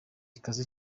ikaze